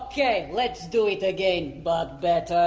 yeah let's do it again but better.